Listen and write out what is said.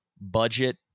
budget